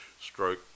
stroke